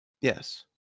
Yes